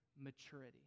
maturity